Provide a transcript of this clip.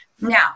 Now